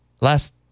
last